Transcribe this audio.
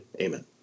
Amen